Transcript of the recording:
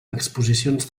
exposicions